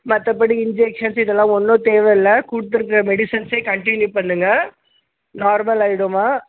மற்றபடி இன்ஜெக்ஷன்ஸ் இதெல்லாம் ஒன்றும் தேவையில்ல கொடுத்துருக்குற மெடிசன்ஸே கன்ட்டினியூ பண்ணுங்கள் நார்மல் ஆயிடும்மா